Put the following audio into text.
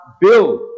build